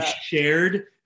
shared